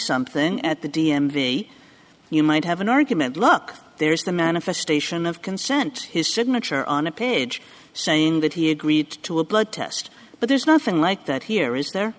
something at the d m v you might have an argument look there's the manifestation of consent his signature on a page saying that he agreed to a blood test but there's nothing like that here is there